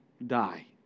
die